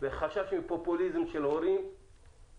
וחשש מפופוליזם של הורים ולכן